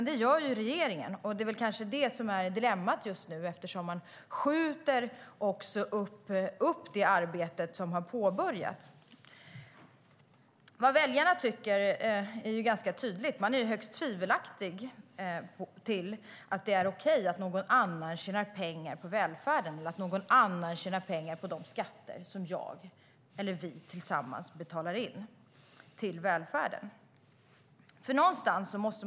Det gör regeringen, och det kanske är det som är dilemmat just nu eftersom man skjuter upp det arbete som har påbörjats. Det är ganska tydligt vad väljarna tycker. De tycker att det är högst tvivelaktigt att någon annan tjänar pengar på välfärden eller att någon annan tjänar pengar på de skatter som vi tillsammans betalar in till välfärden. De tycker inte att det är okej.